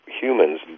humans